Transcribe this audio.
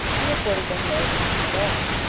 he afforded them no occasion at all,